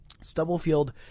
Stubblefield